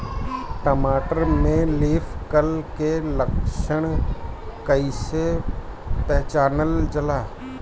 टमाटर में leaf curl के लक्षण कइसे पहचानल जाला?